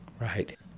Right